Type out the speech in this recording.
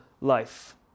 life